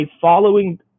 following